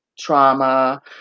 trauma